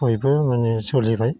बयबो माने सोलिबाय